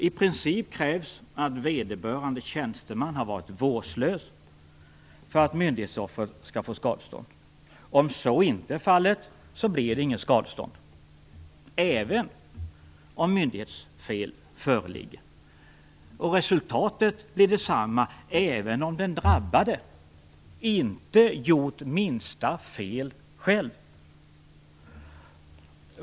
I princip krävs att vederbörande tjänsteman har varit vårdslös för att myndighetsoffret skall få skadestånd. Om så inte är fallet blir det inget skadestånd, även om myndighetsfel föreligger. Resultatet blir detsamma även om den drabbade inte gjort minsta fel själv.